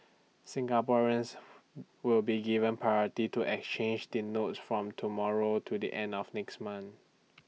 Singaporeans will be given priority to exchange the notes from tomorrow to the end of next month